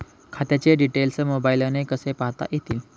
खात्याचे डिटेल्स मोबाईलने कसे पाहता येतील?